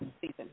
season